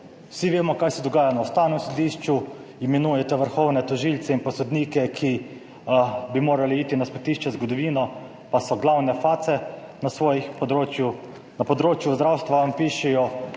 Vsi vemo, kaj se dogaja na Ustavnem sodišču. Imenujete vrhovne tožilce in sodnike, ki bi morali iti na smetišče zgodovine, pa so glavne face na svojem področju. Na področju zdravstva pišejo